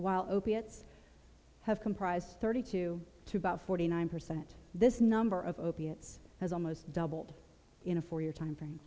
while opiates have comprise thirty two to about forty nine percent this number of opiates has almost doubled in a four year time frame